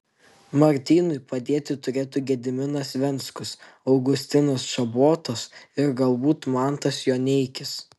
martynui padėti turėtų gediminas venckus augustinas čobotas ir galbūt mantas joneikis